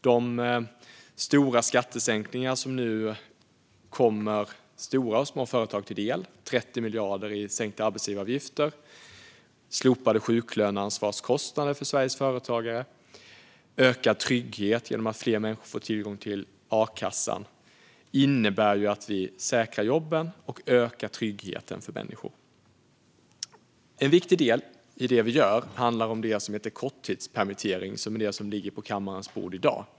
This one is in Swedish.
De stora skattesänkningar som nu kommer stora och små företag till del, 30 miljarder i sänkta arbetsgivaravgifter, slopat ansvar för sjuklönekostnader för Sveriges företagare, ökad trygghet genom att fler människor får tillgång till a-kassan, innebär att vi säkrar jobben och ökar tryggheten för människor. En viktig del i det vi gör handlar om det som heter korttidspermittering - förslaget som ligger på kammarens bord i dag.